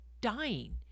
dying